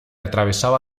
atravesaba